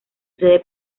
sede